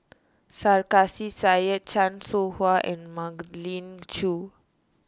Sarkasi Said Chan Soh Ha and Magdalene Khoo